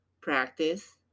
Practice